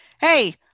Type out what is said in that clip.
Hey